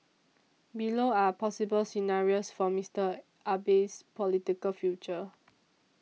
below are possible scenarios for Mister Abe's political future